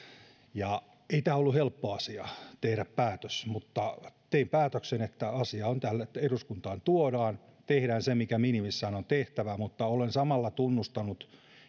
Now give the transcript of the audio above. ei ollut helppo asia tehdä päätös mutta tein päätöksen että asia on tällä lailla että eduskuntaan tuodaan tehdään se mikä minimissään on tehtävä mutta olen samalla tunnustanut